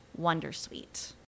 Wondersuite